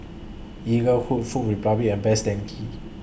Eaglehawk Food Republic and Best Denki